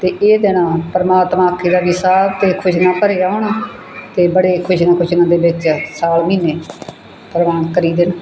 ਅਤੇ ਇਹ ਦਿਨ ਪਰਮਾਤਮਾ ਆਖੀਦਾ ਵੀ ਸਭ 'ਤੇ ਖੁਸ਼ੀਆਂ ਭਰੇ ਹੋਣ ਅਤੇ ਬੜੇ ਖੁਸ਼ੀਆਂ ਖੁਸ਼ੀਆਂ ਦੇ ਵਿੱਚ ਸਾਲ ਮਹੀਨੇ ਪ੍ਰਵਾਨ ਕਰੀਦੇ ਨੇ